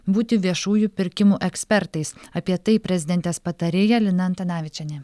būti viešųjų pirkimų ekspertais apie tai prezidentės patarėja lina antanavičienė